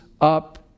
up